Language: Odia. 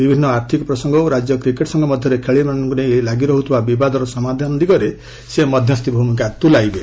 ବିଭିନ୍ନ ଆର୍ଥକ ପ୍ରସଙ୍ଗ ଓ ରାଜ୍ୟ କ୍ରିକେଟ ସଫଘ ମଧ୍ୟରେ ଖେଳାଳିମାନଙ୍କୁ ନେଇ ଲାଗି ରହୁଥିବା ବିବାଦର ସମାଧାନ ଦିଗରେ ସେ ମଧ୍ୟସ୍ଥି ଭୂମିକା ତୁଲାଇବେ